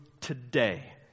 today